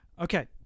Okay